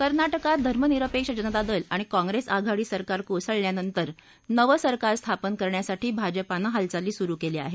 कर्नाटकात धर्मनिरपेक्ष जनता दल आणि काँग्रेस आघाडी सरकार कोसळल्यानंतर नवं सरकार स्थापन करण्यासाठी भाजपानं हालचाली सुरु केल्या आहेत